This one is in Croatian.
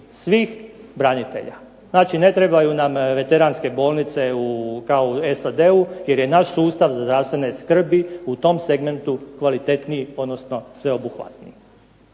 svih branitelja. Znači, ne trebaju nam veteranske bolnice kao u SAD-u jer je naš sustav zdravstvene skrbi u tom segmentu kvalitetniji, odnosno sveobuhvatniji.